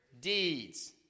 deeds